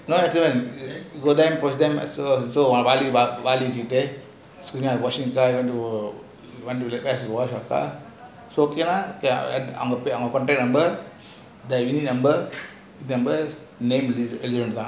no no go there contract number telephone number name